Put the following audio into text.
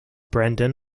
brendan